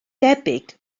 debyg